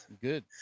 good